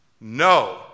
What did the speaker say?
No